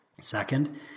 Second